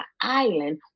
island